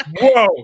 Whoa